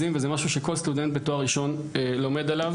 שכל סטודנט בתואר ראשון לומד עליו.